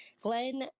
Glenn